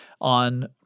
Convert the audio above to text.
on